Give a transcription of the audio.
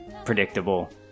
predictable